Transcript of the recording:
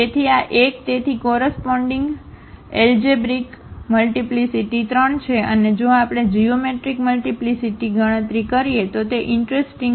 તેથી આ 1 તેથી કોરસપોન્ડીગ એલજેબ્રિક મલ્ટીપ્લીસીટી 3 છે અને જો આપણે જીઓમેટ્રિક મલ્ટીપ્લીસીટી ગણતરી કરીએ તો તે ઈંટરસ્ટિંગ છે